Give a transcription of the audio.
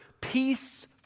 Peace